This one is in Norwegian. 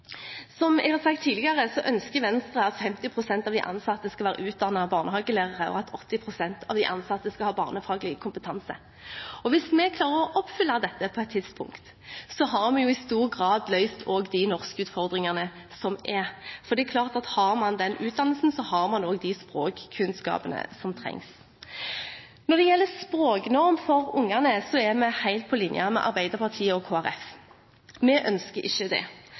Som jeg har sagt tidligere, ønsker Venstre at 50 pst. av de ansatte skal være utdannet barnehagelærere, og at 80 pst. av de ansatte skal ha barnefaglig kompetanse. Dersom vi klarer å oppfylle dette på et tidspunkt, har vi i stor grad løst de norskutfordringene som er, for har man den utdannelsen, har man også de språkkunnskapene som trengs. Når det gjelder språknorm for ungene, er vi helt på linje med Arbeiderpartiet og Kristelig Folkeparti. Vi ønsker ikke det.